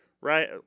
right